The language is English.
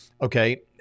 Okay